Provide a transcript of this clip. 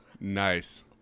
nice